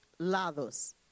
lados